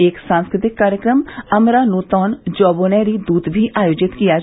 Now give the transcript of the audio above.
एक सांस्कृ तिक कार्यक्रम अमरा नूतौन जौबोनेरी दूत भी आयोजित किया गया